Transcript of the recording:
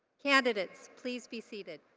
candidates please be seated.